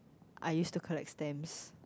I used to collect stamps